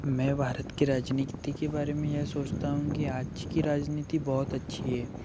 मैं भारत के राजनीति के बारे में यह सोचता हूँ की आजकी राजनीति बहुत अच्छी है